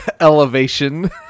Elevation